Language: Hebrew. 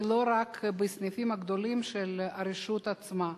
ולא רק בסניפים הגדולים של הרשות עצמה.